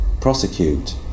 prosecute